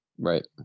right